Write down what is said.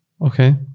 Okay